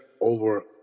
over